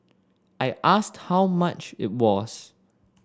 I asked how much it was